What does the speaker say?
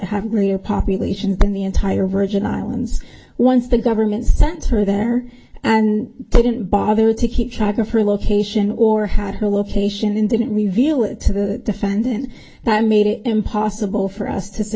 have a greater population than the entire virgin islands once the government sent her there and didn't bother to keep track of her location or had her location in didn't reveal it to the defendant that made it impossible for us to